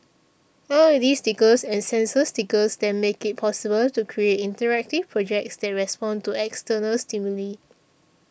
l E D stickers and sensor stickers then make it possible to create interactive projects that respond to external stimuli